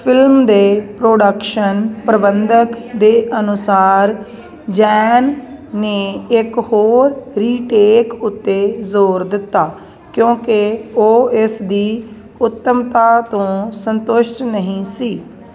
film ਦੇ production ਪ੍ਰਬੰਧਕ ਦੇ ਅਨੁਸਾਰ ਜੈਨ ਨੇ ਇੱਕ ਹੋਰ ਰੀਟੇਕ ਉੱਤੇ ਜ਼ੋਰ ਦਿੱਤਾ ਕਿਉਂਕਿ ਉਹ ਇਸ ਦੀ ਉੱਤਮਤਾ ਤੋਂ ਸੰਤੁਸ਼ਟ ਨਹੀਂ ਸੀ